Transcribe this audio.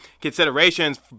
considerations